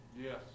Yes